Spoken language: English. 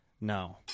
No